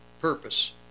purpose